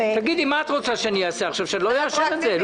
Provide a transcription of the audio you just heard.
מה את רוצה שאני אעשה עכשיו, שאני לא אאשר את זה?